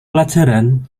pelajaran